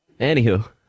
Anywho